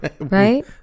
Right